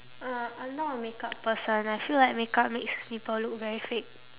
uh I'm not a makeup person I feel like makeup makes people look very fake